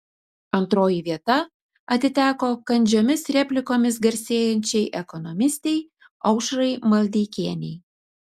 antroji vieta atiteko kandžiomis replikomis garsėjančiai ekonomistei aušrai maldeikienei